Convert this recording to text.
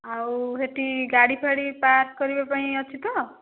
ଆଉ ସେଇଠି ଗାଡ଼ି ଫାଡ଼ି ପାର୍କ୍ କରିବା ପାଇଁ ଅଛି ତ